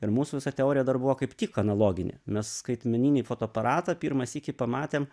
ir mūsų visų teorija dar buvo kaip tik analoginė mes skaitmeninį fotoaparatą pirmą sykį pamatėm